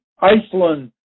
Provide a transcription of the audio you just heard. Iceland